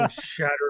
shattered